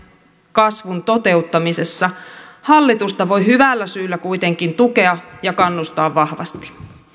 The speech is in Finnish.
kasvun toteuttamisessa hallitusta voi hyvällä syyllä kuitenkin tukea ja kannustaa vahvasti